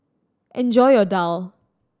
enjoy your daal